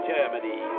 Germany